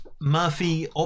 Murphy